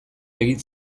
egin